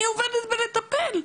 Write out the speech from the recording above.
אני עובדת בלטפל.